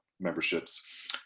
memberships